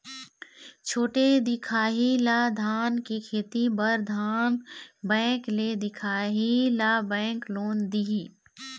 छोटे दिखाही ला धान के खेती बर धन बैंक ले दिखाही ला बैंक लोन दिही?